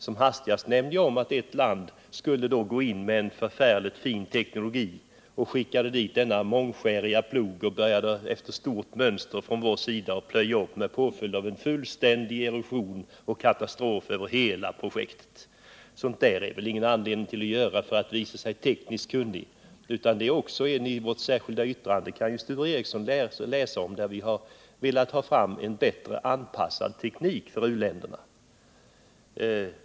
Som hastigast nämnde jag att ett visst land ställde upp med en förfärligt fin teknologi och skickade denna mångskäriga plog samt började plöja upp med den. Följden blev en fullständig erosion och katastrof för hela projektet. Det finns väl ingen anledning att göra på det sättet för att visa sig tekniskt kunnig. Jag föreslår att Sture Ericson läser vårt särskilda yttrande, i vilket vi förespråkar en bättre anpassad teknik för u-länderna.